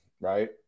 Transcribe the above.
right